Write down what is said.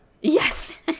yes